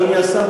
אדוני השר,